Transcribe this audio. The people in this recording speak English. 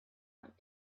went